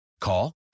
Call